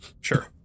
Sure